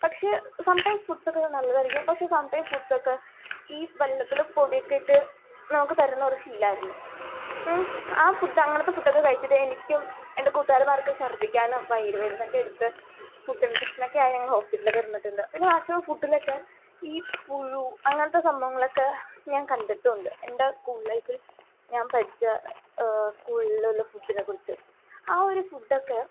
പക്ഷേ some times ഫുഡ്സൊക്കെ നല്ലതായിരിക്കും പക്ഷേ സം ടൈംസ് ഫുഡ്സൊക്കെ ഈ വെള്ളത്തിൽ പൊടിയൊക്കെ ഇട്ട് നമുക്ക് തരുന്നൊരു ഫീലായിരുന്നു ആ ഫുഡ് അങ്ങനത്തെ ഫുഡൊക്കെ കഴിച്ചിട്ട് എനിക്കും എൻ്റെ കൂട്ടുകാരന്മാർക്ക് ഛർദ്ദിക്കാനും വയറുവേദനയൊക്കെ എടുത്ത് ഫുഡ് ഇൻഫെക്ഷനൊക്കെ ആയി ഞങ്ങൾ ഹോസ്പിറ്റലിലൊക്കെ കിടന്നിട്ടുണ്ട് പിന്നെ മാക്സിമം ഫുഡിലൊക്കെ ഈ പുഴു അങ്ങനത്തെ സംഭവങ്ങളൊക്കെ ഞാൻ കണ്ടിട്ടും ഉണ്ട് എൻ്റെ സ്കൂൾ ലൈഫിൽ ഞാൻ പഠിച്ച സ്കൂളിലുള്ള ഫുഡിനെക്കുറിച്ച് ആ ഒരു ഫുഡൊക്കെ